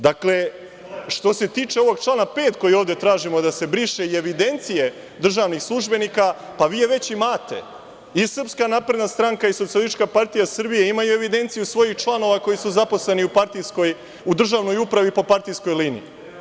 Dakle, što se tiče ovog člana 5. koji ovde tražimo da se briše i evidencije državnih službenika, pa vi je već imate, i SNS i SPS imaju evidenciju svojih članova koji su zaposleni u državnoj upravi po partijskoj liniji.